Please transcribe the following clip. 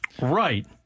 right